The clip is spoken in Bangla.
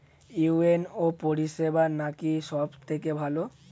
ইউ.এন.ও পরিসেবা নাকি সব থেকে ভালো?